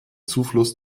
zufluss